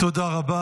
תודה רבה.